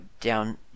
down